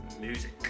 music